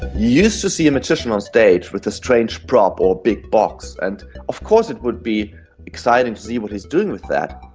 used to see a magician on stage with a strange prop or big box. and of course it would be exciting to see what he's doing with that,